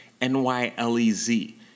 N-Y-L-E-Z